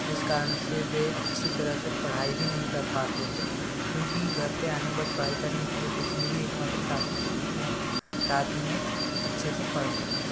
जिस कारण से वे अच्छी तरह से पढ़ाई भी नही कर पाते थे क्योंकि घर पे आने के बाद पढ़ाई करने के लिए बिजली ही एकमात्र साधन होता था कि हम रात में अच्छे से पढ़ सकें